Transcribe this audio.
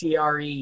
CRE